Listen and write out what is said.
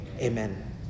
Amen